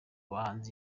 bahanzi